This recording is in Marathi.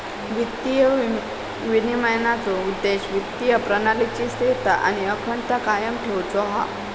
वित्तीय विनिमयनाचो उद्देश्य वित्तीय प्रणालीची स्थिरता आणि अखंडता कायम ठेउचो हा